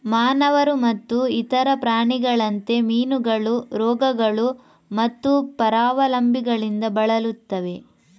ಮಾನವರು ಮತ್ತು ಇತರ ಪ್ರಾಣಿಗಳಂತೆ, ಮೀನುಗಳು ರೋಗಗಳು ಮತ್ತು ಪರಾವಲಂಬಿಗಳಿಂದ ಬಳಲುತ್ತವೆ